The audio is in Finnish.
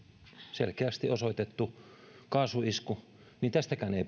selkeästi osoitettu kaasuisku niin ykssa ei